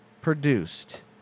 produced